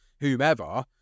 whomever